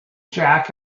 jack